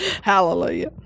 Hallelujah